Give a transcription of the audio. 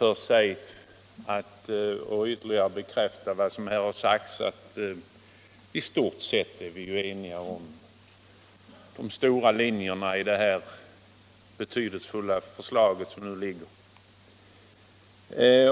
Låt mig först bekräfta att vi i stort sett är eniga om de stora linjerna i det betydelsefulla förslag som nu föreligger,